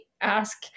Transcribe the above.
ask